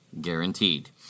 guaranteed